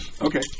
Okay